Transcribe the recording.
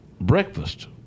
breakfast